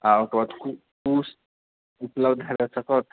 आ ओकरबाद कुश उपलब्ध हए सकत